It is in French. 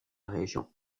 région